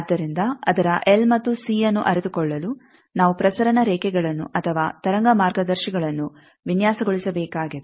ಆದ್ದರಿಂದ ಅದರ ಎಲ್ ಮತ್ತು ಸಿಯನ್ನು ಅರಿತುಕೊಳ್ಳಲು ನಾವು ಪ್ರಸರಣ ರೇಖೆಗಳನ್ನು ಅಥವಾ ತರಂಗ ಮಾರ್ಗದರ್ಶಿಗಳನ್ನು ವಿನ್ಯಾಸಗೊಳಿಸಬೇಕಾಗಿದೆ